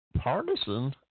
partisan